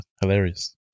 Hilarious